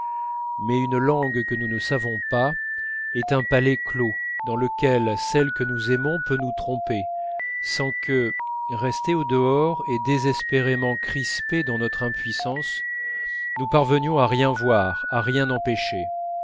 mais une langue que nous ne savons pas est un palais clos dans lequel celle que nous aimons peut nous tromper sans que restés au dehors et désespérément crispés dans notre impuissance nous parvenions à rien voir à rien empêcher